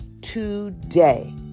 today